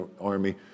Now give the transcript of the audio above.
army